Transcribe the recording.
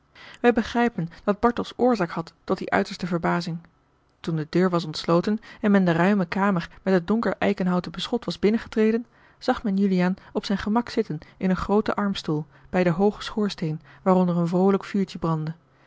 wij begrijpen dat bartels oorzaak had tot die uiterste verbazing toen de deur was ontsloten en men de ruime kamer met het donker eikenhouten beschot was binnengetreden zag men juliaan op zijn gemak zitten in een grooten armstoel bij den hoogen schoorsteen waaronder een vroolijk vuurtje brandde